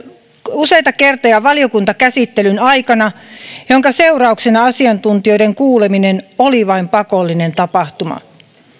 useita kertoja valiokuntakäsittelyn aikana minkä seurauksena asiantuntijoiden kuuleminen oli vain pakollinen tapahtuma